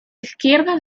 izquierda